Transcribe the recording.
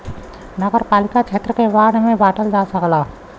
नगरपालिका क्षेत्र के वार्ड में बांटल जा सकला